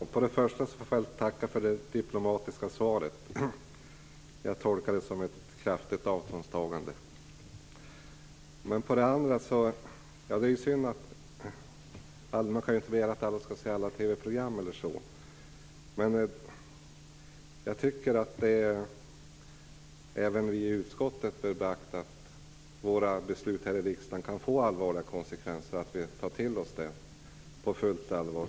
Herr talman! Jag får väl tacka för det diplomatiska svaret. Jag tolkar det som ett kraftigt avståndstagande. Man kan inte begära att alla skall se alla TV program. Men jag tycker att även vi i utskottet bör beakta att våra beslut här i riksdagen kan få allvarliga konsekvenser. Det är viktigt att vi tar till oss det på fullt allvar.